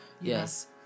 Yes